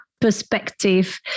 perspective